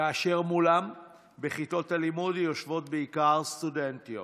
כאשר מולם בכיתות הלימוד יושבות בעיקר סטודנטיות,